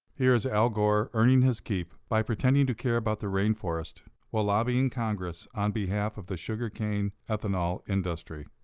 here's al gore earning his keep by pretending to care about the rain forest while lobbying congress on behalf of the sugar cane ethanol industry.